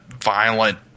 violent